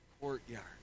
courtyard